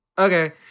Okay